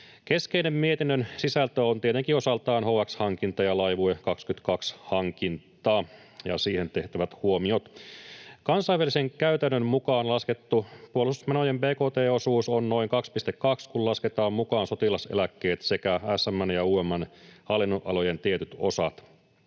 Keskeinen mietinnön sisältö on tietenkin osaltaan HX-hankinta ja Laivue 2020 ‑hankinta ja niihin tehtävät huomiot. Kansainvälisen käytännön mukaan laskettu puolustusmenojen bkt-osuus on noin 2,2, kun lasketaan mukaan sotilaseläkkeet sekä SM:n ja UM:n hallinnonalojen tietyt osat.